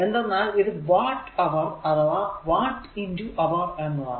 എന്തെന്നാൽ ഇത് watt hour അഥവാ വാട്ട് അവർ എന്നതാണ്